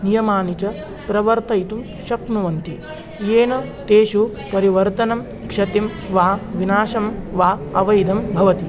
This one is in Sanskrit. नियमानि च प्रवर्तयितुं शक्नुवन्ति येन तेषु परिवर्तनं क्षतिं वा विनाशं वा अवैधं भवति